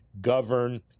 govern